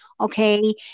Okay